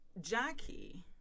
Jackie